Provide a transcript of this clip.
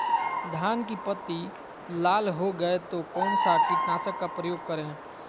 धान की पत्ती लाल हो गए तो कौन सा कीटनाशक का प्रयोग करें?